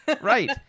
Right